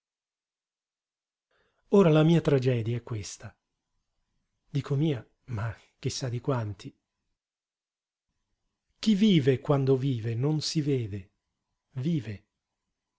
ora la mia tragedia è questa dico mia ma chi sa di quanti chi vive quando vive non si vede vive